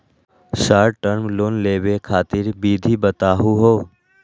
Short term loan लेवे खातीर विधि बताहु हो?